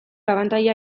abantaila